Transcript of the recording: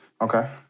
Okay